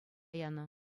янӑ